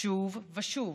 שוב ושוב,